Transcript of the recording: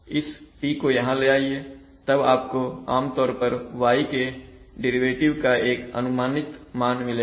इस T को यहां ले आइए तब आपको आमतौर पर y के डेरिवेटिव का एक अनुमानित मान मिलेगा